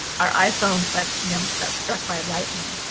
our iphones like you know got struck by lightning.